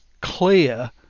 clear